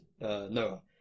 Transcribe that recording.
Noah